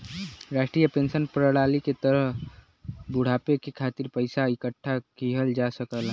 राष्ट्रीय पेंशन प्रणाली के तहत बुढ़ापे के खातिर पइसा इकठ्ठा किहल जा सकला